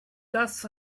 das